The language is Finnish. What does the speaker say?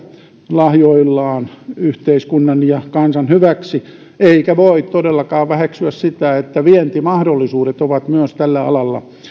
lahjoillaan yhteiskunnan ja kansan hyväksi eikä voi todellakaan väheksyä sitä että vientimahdollisuudet ovat myös tällä alalla